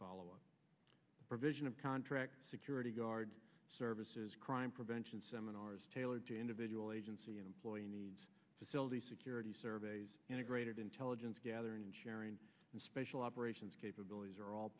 follow up provision of contract security guard services crime prevention seminars tailored to individual agency employee needs to fill the security surveys integrated intelligence gathering and sharing and special operations capabilities are all